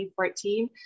2014